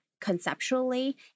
conceptually